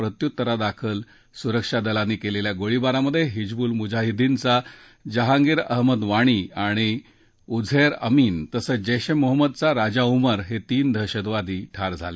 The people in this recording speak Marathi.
प्रत्युत्तरादाखल सुरक्षा दलांनी केलेल्या गोळीबारात हिजवूल मुजाहिद्दीनचा जहांगीर अहमद वाणी आणि उझेर अमीन तसंच जैश ए मोहम्मदचा राजा उमर हे तीन दहशतवादी ठार झाले